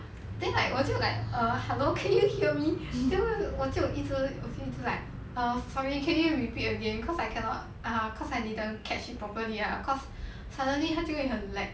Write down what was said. then like 我就 like err hello can you hear me then 我就一直我就一直 like err sorry can you repeat again cause I cannot ah cause I didn't catch it properly lah cause suddenly 他就会很 lag